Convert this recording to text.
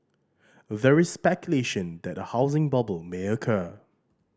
there is speculation that a housing bubble may occur